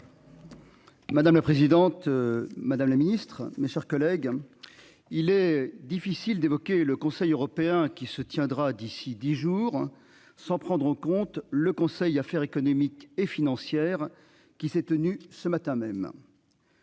Madame la présidente, madame la Ministre, mes chers collègues. Il est difficile d'évoquer le Conseil européen qui se tiendra d'ici 10 jours sans prendre en compte le Conseil Affaires économiques et financières qui s'est tenu ce matin même.